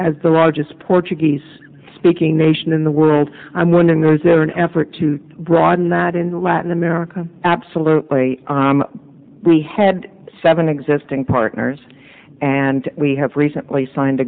as the largest port you speaking nation in the world i'm wondering though is there an effort to broaden that into latin america absolutely we had seven existing partners and we have recently signed